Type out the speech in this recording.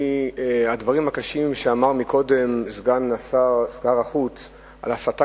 מהדברים הקשים שאמר קודם סגן שר החוץ על הסתה